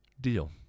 Deal